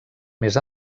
més